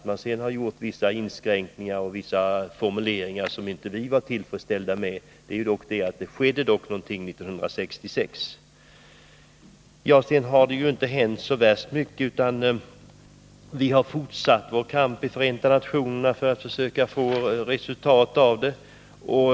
Även om det gjorts vissa inskränkningar och förekommer formuleringar som vi inte är tillfredsställda med, skedde det ändå någonting på detta område år 1966. Sedan dess har det inte hänt så särskilt mycket, även om vi har fortsatt vår kamp i Förenta nationerna för att försöka få till stånd resultat på detta område.